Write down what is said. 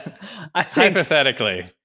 Hypothetically